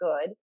good